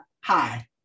hi